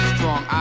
Strong